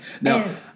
now